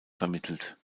vermittelt